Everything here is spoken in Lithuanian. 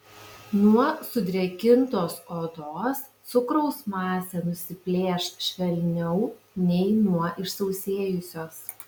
nuo sudrėkintos odos cukraus masė nusiplėš švelniau nei nuo išsausėjusios